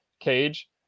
cage